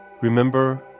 Remember